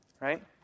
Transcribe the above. right